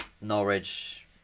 Norwich